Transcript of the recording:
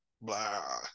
blah